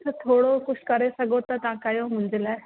त थोरो कुझु करे सघो त तव्हां कयो मुंहिंजे लाइ